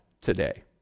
today